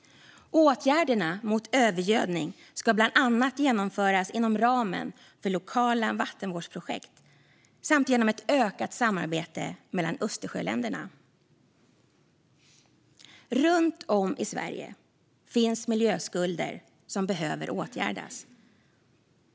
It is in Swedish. Åtgärderna mot övergödning ska bland annat genomföras inom ramen för lokala vattenvårdsprojekt samt genom ett ökat samarbete mellan Östersjöländerna. Runt om i Sverige finns miljöskulder som behöver åtgärdas.